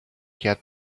get